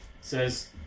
Says